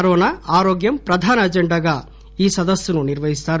corona ఆరోగ్యం ప్రధాన ఎజెండాగా ఈ సదస్పును నిర్వహిస్తారు